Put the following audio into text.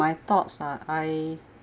my thoughts ah I